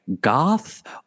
goth